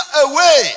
away